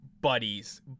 buddies